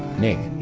nick,